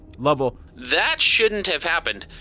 lovell that shouldn't have happened.